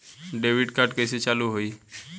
Debit card कइसे चालू होई?